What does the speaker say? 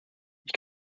kann